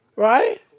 Right